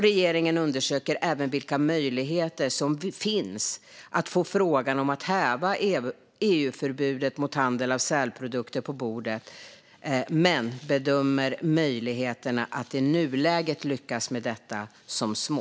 Regeringen undersöker även vilka möjligheter som finns att få upp frågan om att häva EU-förbudet mot handel med sälprodukter på bordet men bedömer möjligheterna att i nuläget lyckas med detta som små.